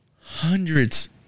hundreds